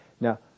Now